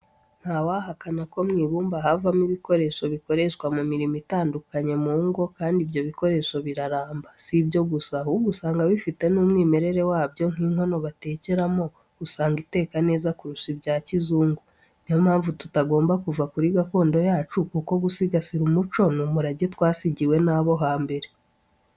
Ntawahakana ko mu ibumba havamo ibikoresho bikoreshwa mu mirimo itandukanye mu ngo, kandi ibyo bikoresho biraramba. Si ibyo gusa, ahubwo usanga bifite n'umwimerere wabyo nk'inkono batekeramo, usanga iteka neza kurusha ibya kizungu. Niyo mpamvu tutagomba kuva kuri gakondo yacu kuko gusigasira umuco n'umurage twasigiwe n'abo hambere.